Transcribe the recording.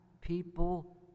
people